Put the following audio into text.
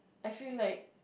I feel like